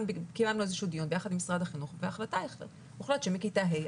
קיימנו איזשהו דיון יחד עם משרד החינוך והוחלט שזה מכיתה ה',